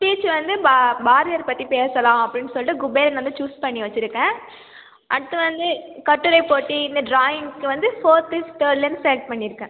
speech வந்து பா பாரதியார் பற்றி பேசலாம் அப்படினு சொல்லிட்டு குபேரன் வந்து ச்சூஸ் பண்ணி வச்சுருக்கேன் அடுத்து வந்து கட்டுரை போட்டி இந்த ட்ராயிங்ஸ்க்கு வந்து ஃபோர்த்து தேர்ட்லருந்து செலக்ட் பண்ணிருக்கேன்